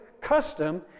custom